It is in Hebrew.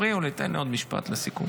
הפריעו לי, תן לי עוד משפט לסיכום.